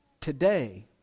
today